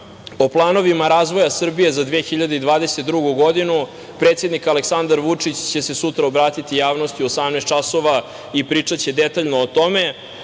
o planovima razvoja Srbije za 2022. godini predsednik Aleksandar Vučić će se sutra obratiti javnosti u 18 časova i pričaće detaljno o tome,